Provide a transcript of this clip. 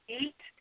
eat